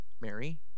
Mary